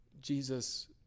Jesus